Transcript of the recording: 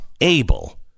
able